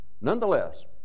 nonetheless